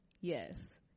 Yes